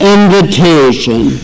invitation